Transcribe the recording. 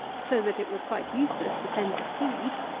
so that it was quite useless to send for seed.